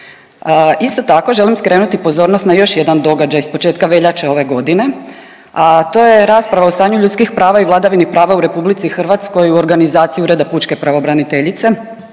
Isto tako želim skrenuti pozornost na još jedan događaj s početka veljače ove godine, a to je rasprava o stanju ljudskih prava i vladavini prava u RH u organizaciji Ureda pučke pravobraniteljice